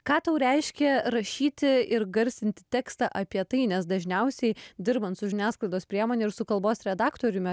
ką tau reiškia rašyti ir garsinti tekstą apie tai nes dažniausiai dirbant su žiniasklaidos priemone ir su kalbos redaktoriumi